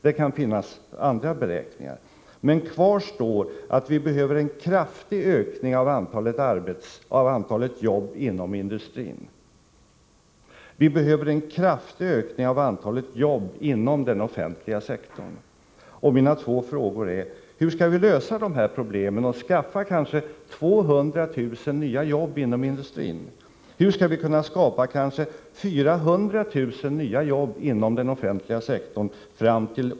Det kan ha gjorts andra beräkningar, men kvar står att vi behöver en kraftig ökning av antalet jobb inom industrin och inom den offentliga sektorn. Mina två frågor är: Hur skall vi lösa problemet att skaffa kanske 200 000 nya jobb inom industrin? Hur skall vi fram till år 2000 kunna skapa kanske 400 000 nya jobb inom den offentliga sektorn?